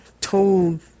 told